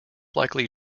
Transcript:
likely